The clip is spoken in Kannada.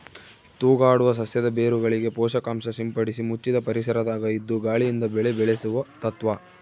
ತೂಗಾಡುವ ಸಸ್ಯದ ಬೇರುಗಳಿಗೆ ಪೋಷಕಾಂಶ ಸಿಂಪಡಿಸಿ ಮುಚ್ಚಿದ ಪರಿಸರದಾಗ ಇದ್ದು ಗಾಳಿಯಿಂದ ಬೆಳೆ ಬೆಳೆಸುವ ತತ್ವ